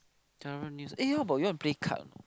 cannot even use but ya you wanna play card or not